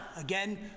again